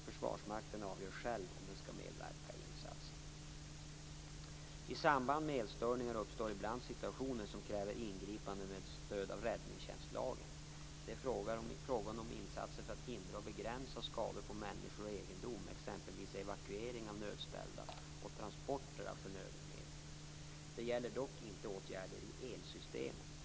Försvarsmakten avgör själv om den skall medverka i insatsen. I samband med elstörningar uppstår ibland situationer som kräver ingripanden med stöd av räddningstjänstlagen . Det är fråga om insatser för att hindra och begränsa skador på människor och egendom, exempelvis evakuering av nödställda och transporter av förnödenheter. Det gäller dock inte åtgärder i elsystemet.